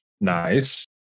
Nice